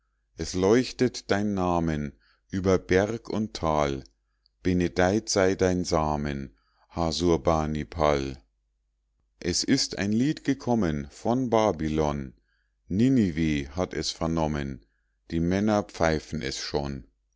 es leuchtet dein namen über berg und tal benedeit sei dein samen hasurbanipal es ist ein lied gekommen von babylon ninive hat es vernommen die männer pfeifen es schon